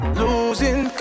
losing